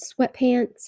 sweatpants